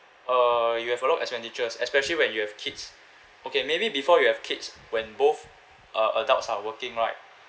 uh you have a lot of expenditures especially when you have kids okay maybe before you have kids when both uh adults are working right